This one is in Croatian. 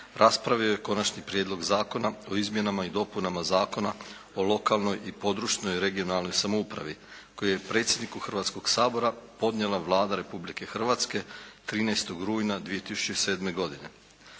raspravio je Konačni prijedlog zakona o izmjenama i dopunama Zakona o lokalnoj i područnoj (regionalnoj) samoupravi koji je predsjedniku Hrvatskog sabora podnijela Vlada Republike Hrvatske 13. rujna 2007. godine.